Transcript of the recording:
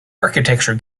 architecture